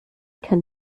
kann